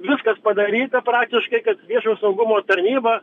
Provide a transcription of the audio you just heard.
viskas padaryta praktiškai kad viešojo saugumo tarnyba